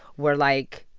were like,